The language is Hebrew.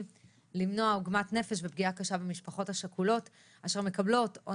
למנוע עוגמת נפש ופגיעה קשה במשפחות השכולות אשר מקבלות או